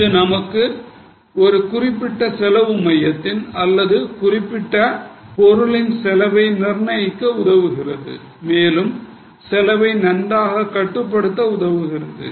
இது நமக்கு ஒரு குறிப்பிட்ட செலவு மையத்தின் அல்லது குறிப்பிட்ட பொருளின் செலவை நிர்ணயிக்கிறது மேலும் செலவை நன்றாக கட்டுப்படுத்த உதவுகிறது